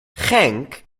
genk